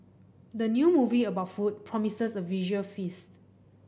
the new movie about food promises a visual feast